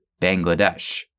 Bangladesh